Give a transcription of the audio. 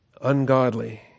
Ungodly